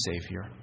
Savior